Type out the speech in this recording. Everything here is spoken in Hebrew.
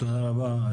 תודה רבה.